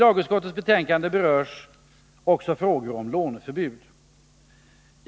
Tlagutskottets betänkande berörs också frågor om låneförbud.